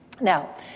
Now